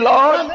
Lord